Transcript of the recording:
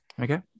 Okay